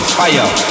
fire